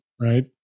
Right